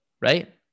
Right